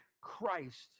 christ